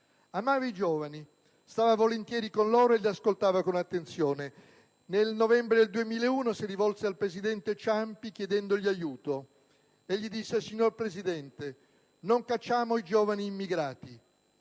Amava i giovani, stava volentieri con loro e li ascoltava con attenzione. Nel novembre del 2001 si rivolse al presidente Ciampi chiedendogli aiuto e gli disse: «Signor Presidente, non cacciamo i giovani immigrati.